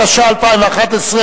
התשע"א 2011,